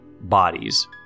bodies